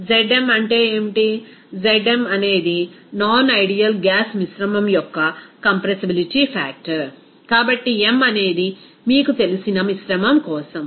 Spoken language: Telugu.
Zm అంటే ఏమిటి Zm అనేది నాన్ ఐడియల్ గ్యాస్ మిశ్రమం యొక్క కంప్రెసిబిలిటీ ఫ్యాక్టర్ కాబట్టి m అనేది మీకు తెలిసిన మిశ్రమం కోసం